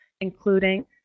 including